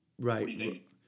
right